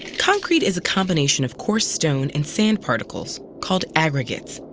concrete is a combination of coarse stone and sand particles, called aggregates,